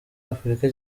afurika